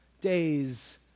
days